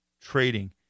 trading